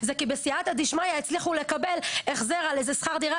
זה כי בסיעתא דשמיא הצליחו לקבל החזר על איזה שכר דירה,